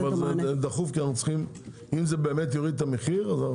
זה דחוף כי אם זה יוריד את המחיר אנו